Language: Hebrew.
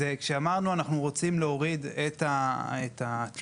כשאמרנו שאנחנו רוצים להוריד את התלות